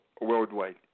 worldwide